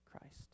Christ